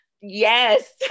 Yes